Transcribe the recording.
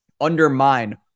undermine